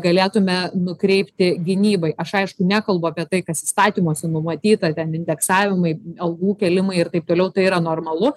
galėtume nukreipti gynybai aš aišku nekalbu apie tai kas įstatymuose numatyta ten indeksavimai algų kėlimai ir taip toliau tai yra normalu